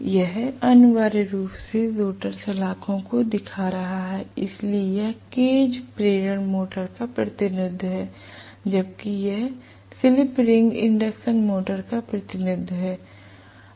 यह अनिवार्य रूप से रोटर सलाखों को दिखा रहा है इसलिए यह केज प्रेरण मोटर का प्रतिनिधित्व है जबकि यह स्लिप रिंग इंडक्शन मोटर का प्रतिनिधित्व है